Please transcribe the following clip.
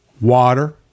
water